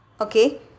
okay